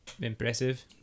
impressive